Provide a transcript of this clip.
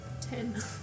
Ten